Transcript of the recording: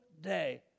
day